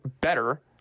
better